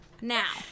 now